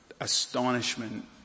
astonishment